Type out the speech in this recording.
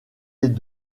les